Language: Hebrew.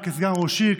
כסגן ראש עיר,